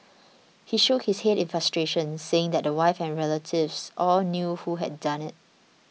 he shook his head in frustration saying that the wife and relatives all knew who had done it